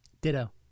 Ditto